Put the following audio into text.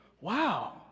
Wow